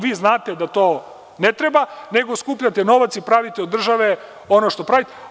Vi znate da to ne treba, nego skupljate novac i pravite od države ono što pravite.